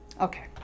Okay